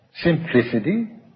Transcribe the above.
simplicity